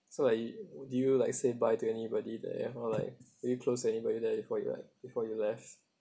so I do you like say bye to anybody there or like are you close anybody there before you left before you left